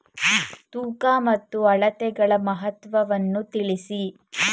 ತೂಕ ಮತ್ತು ಅಳತೆಗಳ ಮಹತ್ವವನ್ನು ತಿಳಿಸಿ?